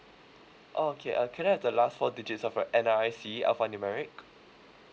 okay uh can I have the last four digits of your N_R_I_C alphanumeric